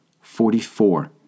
Forty-four